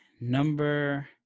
Number